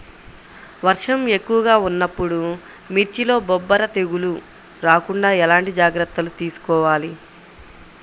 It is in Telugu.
వర్షం ఎక్కువగా ఉన్నప్పుడు మిర్చిలో బొబ్బర తెగులు రాకుండా ఎలాంటి జాగ్రత్తలు తీసుకోవాలి?